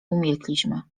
umilkliśmy